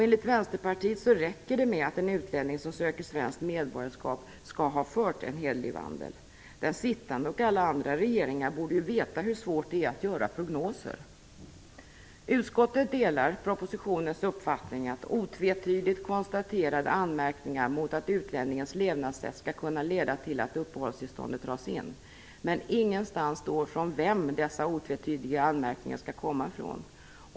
Enligt Vänsterpartiet räcker det med att en utlänning som söker svenskt medborgarskap skall ha fört en hederlig vandel. Den sittande och alla andra regeringar borde veta hur svårt det är att göra prognoser. Utskottet delar propositionens uppfattning att otvetydigt konstaterade anmärkningar mot utlänningens levnadssätt skall kunna leda till att uppehållstillståndet dras in. Men ingenstans står vem dessa otvetydiga anmärkningar skall komma ifrån.